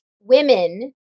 women